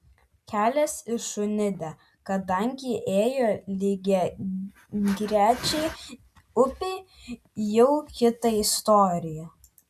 kelias į šunidę kadangi ėjo lygiagrečiai upei jau kita istorija